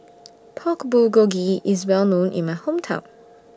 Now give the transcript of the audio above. Pork Bulgogi IS Well known in My Hometown